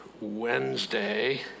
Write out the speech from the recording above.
Wednesday